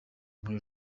muri